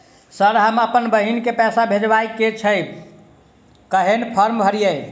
Sir हम अप्पन बहिन केँ पैसा भेजय केँ छै कहैन फार्म भरीय?